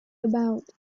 about